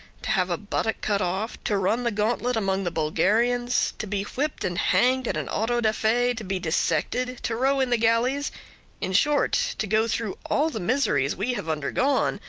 to have a buttock cut off, to run the gauntlet among the bulgarians, to be whipped and hanged at an auto-da-fe, to be dissected, to row in the galleys in short, to go through all the miseries we have undergone,